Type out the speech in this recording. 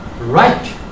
right